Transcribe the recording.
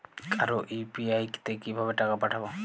কারো ইউ.পি.আই তে কিভাবে টাকা পাঠাবো?